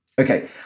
Okay